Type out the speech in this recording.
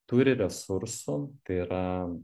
turi resursų tai yra